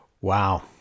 Wow